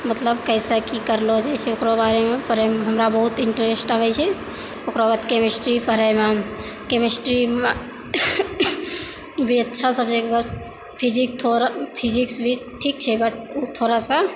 मतलब कैसे की कऽरल जाइ छै ओकरो बारेमे पढ़ैमे हमरा बहुत इंट्रेस्ट अबै छै ओकराबाद केमेस्ट्री पढ़ैमे केमेस्ट्री भी अच्छा सब्जेक्ट फिजिक थोड़ा फिजिक्स भी ठीक छै बट उ थोड़ा सा